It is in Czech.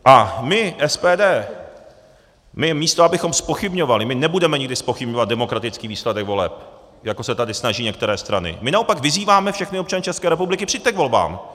A my, SPD, místo abychom zpochybňovali my nebudeme nikdy zpochybňovat demokratický výsledek voleb, jako se tady snaží některé strany, my naopak vyzýváme všechny občany České republiky: Přijďte k volbám.